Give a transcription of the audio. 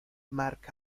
mark